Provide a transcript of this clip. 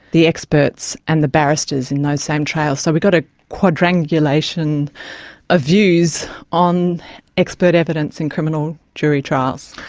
the experts and the barristers in those same trials. so we got a quadrangulation of views on expert evidence in criminal jury trials.